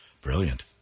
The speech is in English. brilliant